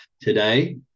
today